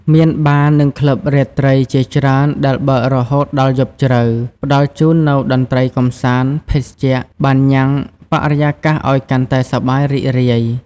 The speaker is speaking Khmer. មាន បារ៍ និងក្លឹបរាត្រី ជាច្រើនដែលបើករហូតដល់យប់ជ្រៅ ផ្តល់ជូននូវតន្ត្រីកម្សាន្ត ភេសជ្ជៈ បានញ៉ាំងបរិយាកាសឲ្យកាន់តែសប្បាយរីករាយ។